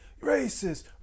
racist